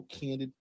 candid